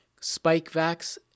Spikevax